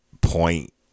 point